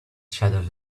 shattered